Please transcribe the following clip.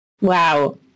Wow